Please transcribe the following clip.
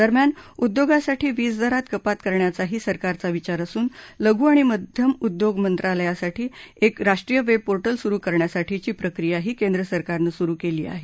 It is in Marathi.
दरम्यान उद्योगांसाठी वीज दरात कपात करण्याचाही सरकारचा विचार असून लघु आणि मध्यम उद्योगमंत्रालयासाठी एक राष्ट्रीय वेब पोर्टल सुरू करण्यासाठीची प्रकीयाही केंद्र सरकारनं सुरू केली आहे